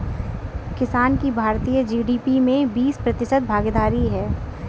किसान की भारतीय जी.डी.पी में बीस प्रतिशत भागीदारी है